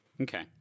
Okay